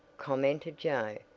commented joe,